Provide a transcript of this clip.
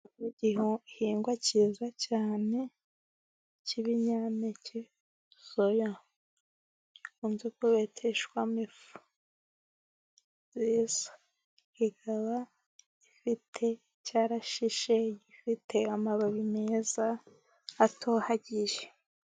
Igihingwa cyiza cyane cy'ibinyampeke soya, ikunze kubeteshwamo ifu. Ikaba ifite igiti cyashyishe gifite amababi meza atohagije.